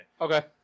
Okay